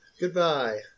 Goodbye